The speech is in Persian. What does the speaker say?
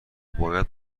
باید